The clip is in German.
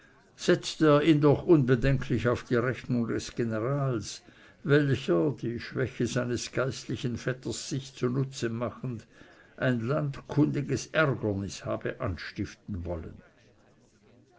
setzte er ihn doch unbedenklich auf die rechnung des generals welcher die schwäche seines geistlichen vetters sich zunutze machend ein landkundiges ärgernis habe anstiften wollen